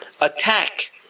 attack